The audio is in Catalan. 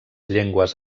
llengües